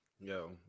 Yo